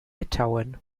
litauen